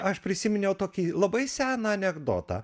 aš prisiminiau tokį labai seną anekdotą